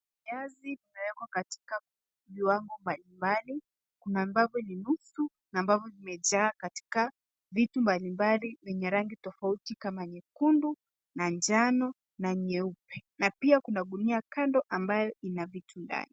viazi vimewekwa katika viwango mbalimbali kuna ambavyo ni nusu na ambavyo vimejaa katika vitu mbalimbali yenye rangi tofauti kama nyekundu, manjano, na nyeupe na pia kuna gunia kando ambayo ina vitu ndani